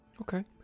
Okay